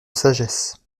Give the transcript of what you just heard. sagesse